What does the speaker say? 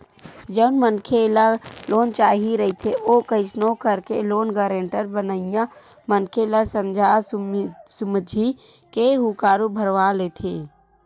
जउन मनखे ल लोन चाही रहिथे ओ कइसनो करके लोन गारेंटर बनइया मनखे ल समझा सुमझी के हुँकारू भरवा लेथे